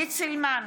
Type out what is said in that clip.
עידית סילמן,